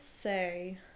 say